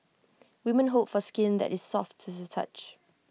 women hope for skin that is soft to the touch